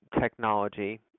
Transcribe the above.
technology